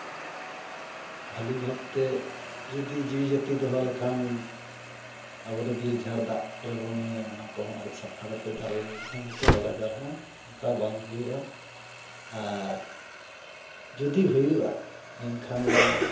ᱵᱷᱟᱹᱞᱤ ᱵᱷᱟᱵ ᱛᱮ ᱡᱩᱫᱤ ᱡᱤᱣᱤ ᱡᱟᱹᱛᱤ ᱫᱚᱦᱚ ᱞᱮᱠᱷᱟᱱ ᱟᱵᱚᱫᱚ ᱵᱤᱨᱼᱡᱷᱟᱲ ᱫᱟᱜ ᱠᱚᱨᱮ ᱵᱚᱱ ᱧᱩᱭᱟ ᱚᱱᱟ ᱠᱚᱦᱚᱸ ᱟᱨᱮᱡ ᱥᱟᱯᱷᱟ ᱠᱟᱛᱮ ᱫᱟᱜ ᱵᱚᱱ ᱧᱩ ᱞᱮᱠᱷᱟᱱ ᱦᱳᱭᱛᱳ ᱨᱳᱜᱽ ᱟᱡᱟᱨ ᱦᱚᱸ ᱚᱱᱠᱟ ᱵᱟᱝ ᱦᱩᱭᱩᱜᱼᱟ ᱟᱨ ᱡᱩᱫᱤ ᱦᱩᱭᱩᱜᱼᱟ ᱢᱮᱱᱠᱷᱟᱱ ᱫᱚ